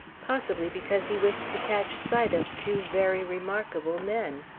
possibly because he wished to catch sight of two very remarkable men.